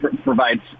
provides